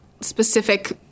specific